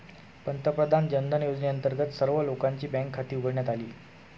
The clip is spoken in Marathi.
पंतप्रधान जनधन योजनेअंतर्गत सर्व लोकांची बँक खाती उघडण्यात आली